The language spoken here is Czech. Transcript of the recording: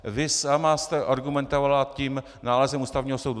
Vy sama jste argumentovala nálezem Ústavního soudu.